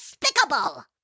Despicable